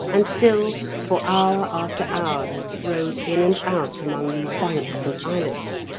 and still for hour after hour rowed in and out among these banks and islets,